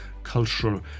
cultural